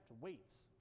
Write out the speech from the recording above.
weights